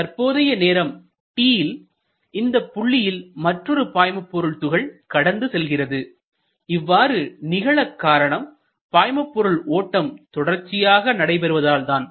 தற்போதைய நேரம் t ல் இந்தப் புள்ளியில் மற்றொரு பாய்மபொருள் துகள் கடந்து செல்கின்றது இவ்வாறு நிகழக் காரணம் பாய்மபொருள் ஓட்டம் தொடர்ச்சியாக நடைபெறுவதால் தான்